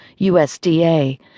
USDA